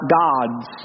gods